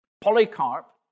Polycarp